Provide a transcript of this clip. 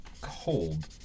cold